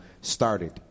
started